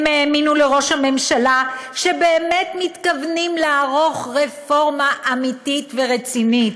הם האמינו לראש הממשלה שבאמת מתכוונים לערוך רפורמה אמיתית ורצינית.